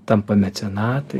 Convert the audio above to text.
tampa mecenatai